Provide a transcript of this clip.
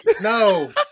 No